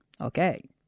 Okay